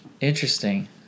Interesting